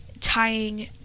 tying